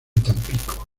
tampico